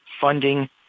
funding